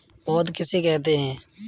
पौध किसे कहते हैं?